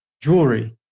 jewelry